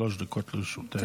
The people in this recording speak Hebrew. שלוש דקות לרשותך.